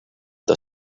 the